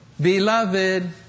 beloved